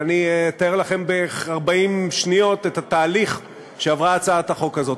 ואני אתאר לכם ב-40 שניות את התהליך שעברה הצעת החוק הזאת.